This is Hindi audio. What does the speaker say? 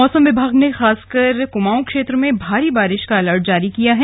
मौसम विभाग ने खासकर कुमाऊं क्षेत्र में भारी बारिश का अलर्ट जारी किया है